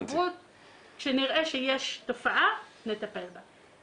כשנראה שיש תופעה, נטפל בה.